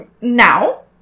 Now